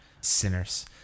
sinners